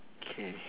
K